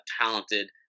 talented